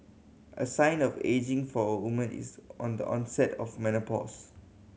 a sign of ageing for a woman is on the onset of menopause